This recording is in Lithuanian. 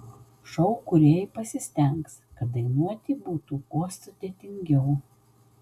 šou kūrėjai pasistengs kad dainuoti būtų kuo sudėtingiau